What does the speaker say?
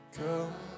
come